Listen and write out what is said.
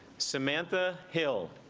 samantha hill